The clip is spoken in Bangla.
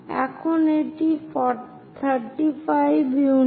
এখন এটি 35 ইউনিট